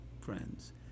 friends